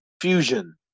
Fusion